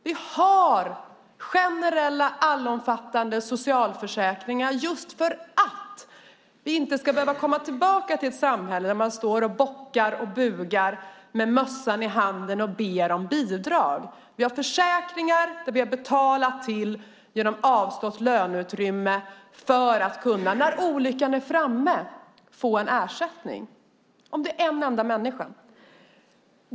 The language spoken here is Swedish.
Vi har generella allomfattande socialförsäkringar just för att vi inte ska behöva komma tillbaka till ett samhälle där man bockar och bugar med mössan i handen och ber om bidrag. Vi har försäkringar som vi har betalat genom avstått löneutrymme för att vi, när olyckan är framme, ska kunna få ersättning.